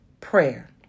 prayer